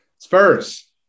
Spurs